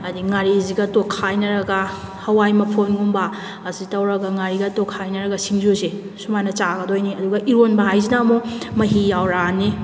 ꯍꯥꯏꯗꯤ ꯉꯥꯔꯤꯁꯤꯒ ꯇꯣꯠꯈꯥꯏꯅꯔꯒ ꯍꯥꯋꯥꯏ ꯃꯐꯣꯟꯒꯨꯝꯕꯥ ꯑꯁꯤ ꯇꯧꯔꯒ ꯉꯥꯔꯤꯒ ꯇꯣꯠꯈꯥꯏꯅꯔꯒ ꯁꯤꯡꯖꯨꯁꯦ ꯁꯨꯃꯥꯏꯅ ꯆꯥꯒꯗꯣꯏꯅꯤ ꯑꯗꯨꯒ ꯏꯔꯣꯟꯕ ꯍꯥꯏꯁꯤꯅ ꯑꯃꯨꯛ ꯃꯍꯤ ꯌꯥꯎꯔꯛꯑꯅꯤ